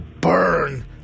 Burn